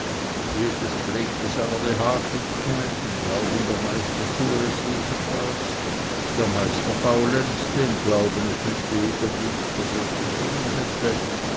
jedes pflegte seiner behaglichkeit im glauben der meister tue es ebenfalls der meister faulenzte im glauben es wüßte jeder dienst was er zu tun hätte